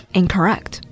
incorrect